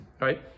right